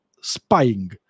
spying